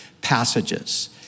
passages